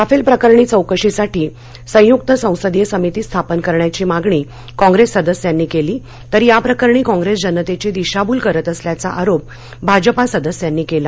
Rafale प्रकरणी चौकशीसाठी सयुक्त संसदीय समिती स्थापन करण्याची मागणी कॉंग्रेस सदस्यांनी केली तर या प्रकरणी कॉंग्रेस जनतेची दिशाभूल करत असल्याचा आरोप भाजपा सदस्यांनी केला